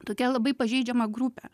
tokią labai pažeidžiamą grupę